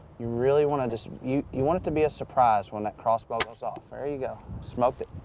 you really want to just, you you want it to be a surprise when that crossbow goes off. there you go, smoked it.